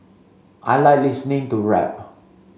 I like listening to rap